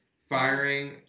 firing